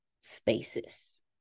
spaces